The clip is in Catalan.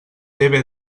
dvd